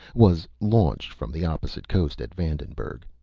was launched from the opposite coast at vandenburg.